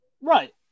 Right